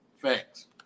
Facts